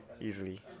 easily